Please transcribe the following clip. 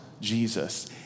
Jesus